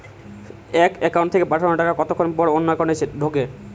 এক একাউন্ট থেকে পাঠানো টাকা কতক্ষন পর অন্য একাউন্টে ঢোকে?